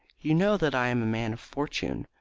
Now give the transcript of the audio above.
you know that i am a man of fortune,